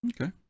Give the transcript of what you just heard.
Okay